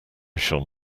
shall